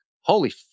holy